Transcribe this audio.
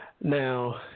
Now